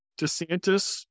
DeSantis